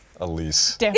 Elise